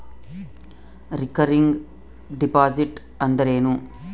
Recurring deposit ಅಂದರೇನು?